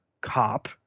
cop